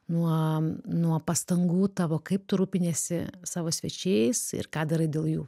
nuo nuo pastangų tavo kaip tu rūpiniesi savo svečiais ir ką darai dėl jų